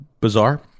bizarre